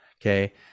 okay